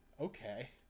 okay